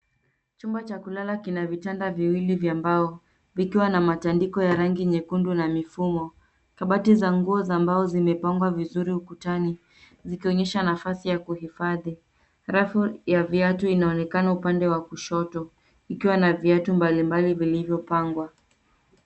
Chumba cha kulala kina vitanda viwili vya mbao, vikiwa na matandiko ya rangi nyekundu na mifumo. Kabati za nguo za mbao zimepangwa vizuri ukutani, zikionyesha nafasi ya kuhifadhi. Rafu ya viatu inaonekana upande wa kushoto, ikiwa na viatu mbalimbali vilivyopangwa.